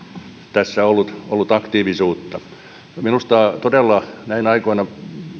tässä ollut ollut aktiivisuutta minusta todella näinä aikoina